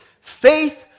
Faith